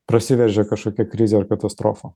prasiveržia kažkokia krizė ar katastrofa